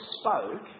spoke